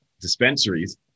dispensaries